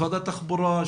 משרד התחבורה,